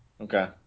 Okay